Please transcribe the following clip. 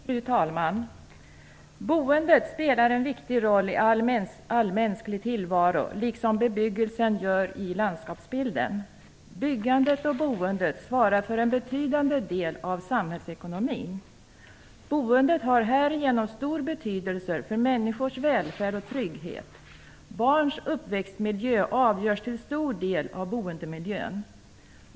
Fru talman! Boendet spelar en viktig roll i all mänsklig tillvaro, liksom bebyggelsen gör i landskapsbilden. Byggandet och boendet svarar för en betydande del av samhällsekonomin. Boendet har härigenom stor betydelse för människors välfärd och trygghet. Barns uppväxtmiljö avgörs till stor del av boendemiljön.